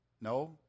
No